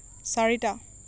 চাৰিটা